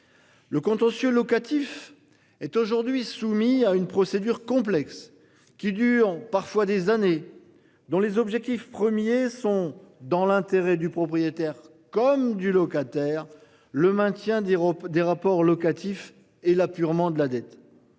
Le contentieux locatif est aujourd'hui soumis à une procédure complexe qui durent parfois des années dont les objectifs premiers sont dans l'intérêt du propriétaire, comme du locataire, le maintien des des rapports locatifs et l'apurement de la dette.